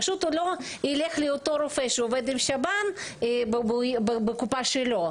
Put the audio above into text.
פשוט הוא לא ילך לאותו רופא שעובד עם שב"ן בקופה שלו.